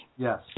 Yes